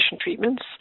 treatments